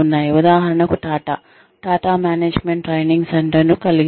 ఉదాహరణకు Tata Tata management training సెంటర్ను కలిగి ఉంది